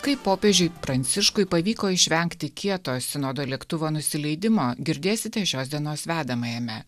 kaip popiežiui pranciškui pavyko išvengti kieto sinodo lėktuvo nusileidimo girdėsite šios dienos vedamajame